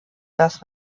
das